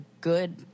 good